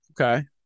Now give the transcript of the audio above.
okay